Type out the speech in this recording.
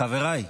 חבריי,